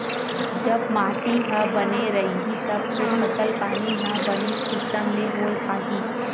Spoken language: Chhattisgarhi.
जब माटी ह बने रइही तब तो फसल पानी ह बने किसम ले होय पाही